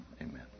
Amen